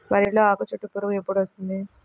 వరిలో ఆకుచుట్టు పురుగు ఎప్పుడు వస్తుంది?